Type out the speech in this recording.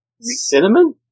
Cinnamon